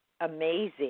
amazing